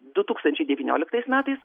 du tūkstančiai devynioliktais metais